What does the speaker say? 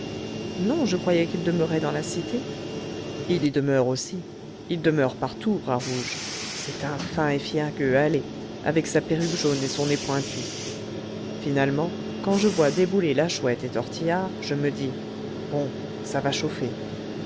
non je croyais qu'il demeurait dans la cité il y demeure aussi il demeure partout bras rouge c'est un fin et fier gueux allez avec sa perruque jaune et son nez pointu finalement quand je vois débouler la chouette et tortillard je me dis bon ça va chauffer